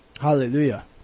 Hallelujah